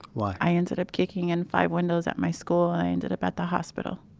why? i ended up kicking in five windows at my school. i ended up at the hospital,